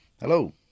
Hello